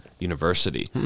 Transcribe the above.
University